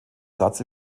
satz